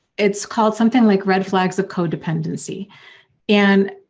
it's called something like red flags of codependency and